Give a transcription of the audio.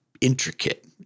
intricate